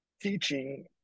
teaching